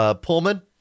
Pullman